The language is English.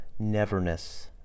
neverness